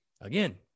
again